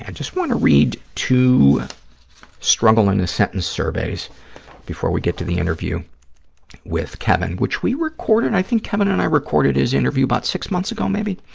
and just want to read two struggle in a sentence surveys before we get to the interview with kevin, which we recorded, i think kevin and i recorded his interview about six months ago maybe.